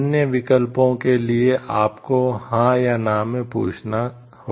अन्य विकल्पों के लिए आपको हां या ना में पूछना होगा